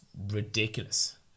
ridiculous